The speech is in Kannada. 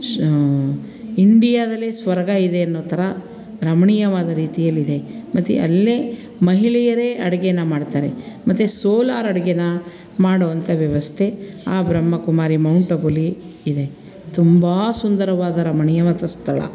ಶ ಇಂಡಿಯಾದಲ್ಲೇ ಸ್ವರ್ಗ ಇದೆ ಅನ್ನೋ ಥರ ರಮಣೀಯವಾದ ರೀತಿಯಲ್ಲಿದೆ ಮತ್ತೆ ಅಲ್ಲಿಯೇ ಮಹಿಳೆಯರೇ ಅಡುಗೆನ ಮಾಡ್ತಾರೆ ಮತ್ತು ಸೋಲಾರ್ ಅಡುಗೆನ ಮಾಡುವಂಥ ವ್ಯವಸ್ಥೆ ಆ ಬ್ರಹ್ಮಕುಮಾರಿ ಮೌಂಟ್ ಅಬುಲಿ ಇದೆ ತುಂಬ ಸುಂದರವಾದ ರಮಣೀಯವಾದ ಸ್ಥಳ